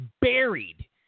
buried